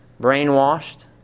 brainwashed